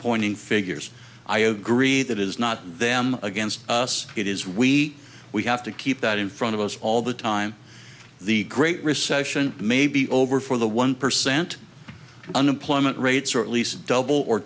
pointing figures i agree that is not them against us it is we we have to keep that in front of us all the time the great recession may be over for the one percent unemployment rates are at least double or